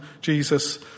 Jesus